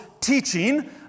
teaching